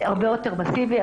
הרבה יותר מאסיבי.